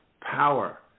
power